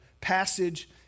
passage